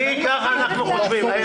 כי כך אנחנו חושבים.